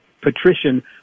patrician